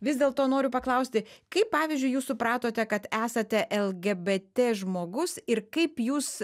vis dėlto noriu paklausti kaip pavyzdžiui jūs supratote kad esate lgbt žmogus ir kaip jūs